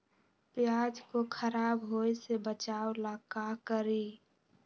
प्याज को खराब होय से बचाव ला का करी?